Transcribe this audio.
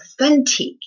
authentic